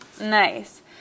Nice